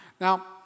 Now